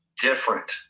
different